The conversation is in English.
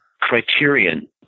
Criterion